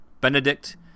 Benedict